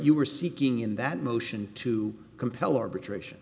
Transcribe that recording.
you were seeking in that motion to compel arbitration